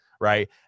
right